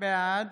בעד